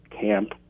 camp